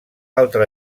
altra